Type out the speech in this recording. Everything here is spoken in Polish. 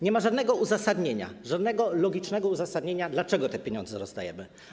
Nie ma żadnego uzasadnienia, żadnego logicznego uzasadnienia, dlaczego te pieniądze rozdajemy.